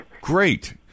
great